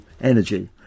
energy